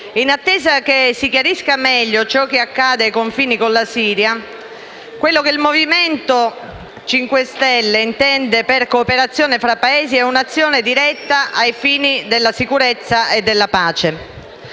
In attesa che si chiarisca meglio ciò che accade ai confini con la Siria, quello che il Movimento 5 Stelle intende per cooperazione tra Paesi è un'azione diretta ai fini della sicurezza e della pace.